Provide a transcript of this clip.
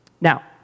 Now